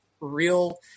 real